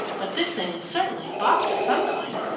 but this thing is certainly a box of some kind,